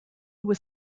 was